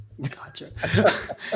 Gotcha